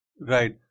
Right